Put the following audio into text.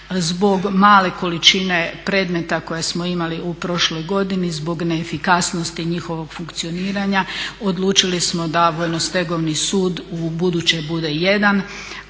Zbog male količine predmeta koje smo imali u prošloj godini, zbog neefikasnosti njihovog funkcioniranja odlučili smo da vojno-stegovni sud u buduće bude jedan.